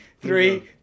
Three